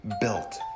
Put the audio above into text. built